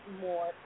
more